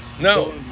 no